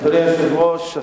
אדוני היושב-ראש,